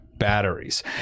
batteries